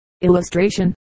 Illustration